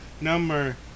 number